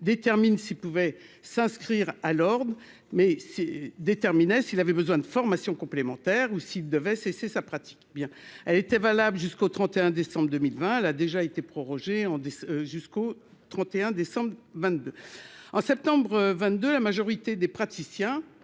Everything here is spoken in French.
détermine s'il pouvait s'inscrire à l'ordre mais c'est déterminer s'il avait besoin de formation complémentaire ou s'il devait cesser sa pratique bien elle était valable jusqu'au 31 décembre 2020 la déjà été prorogée en dix jusqu'au 31 décembre 22 en septembre 22, la majorité des praticiens,